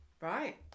Right